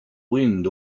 wind